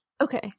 Okay